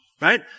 right